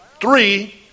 three